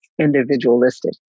individualistic